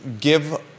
give